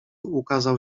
ukazał